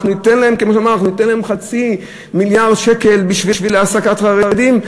אנחנו ניתן להם חצי מיליארד שקל בשביל העסקת חרדים,